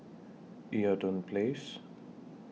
Eaton Place